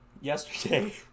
Yesterday